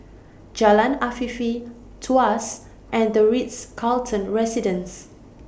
Jalan Afifi Tuas and The Ritz Carlton Residences